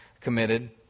committed